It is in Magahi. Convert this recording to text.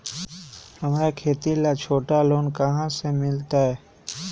हमरा खेती ला छोटा लोने कहाँ से मिलतै?